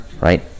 Right